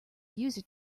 user